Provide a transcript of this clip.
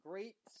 Great